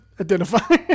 identify